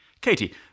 Katie